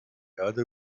erde